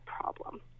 problem